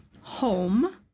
home